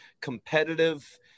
competitive